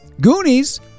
Goonies